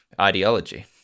ideology